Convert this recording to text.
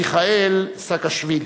מיכאל סאקשווילי.